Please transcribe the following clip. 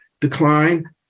decline